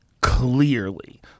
clearly